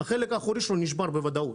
החלק האחורי שלו נשבר בוודאות.